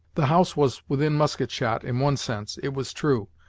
the house was within musket-shot in one sense, it was true,